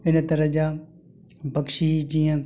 हिन तरह जा पखी जीअं